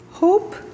hope